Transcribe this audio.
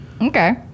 Okay